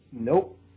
Nope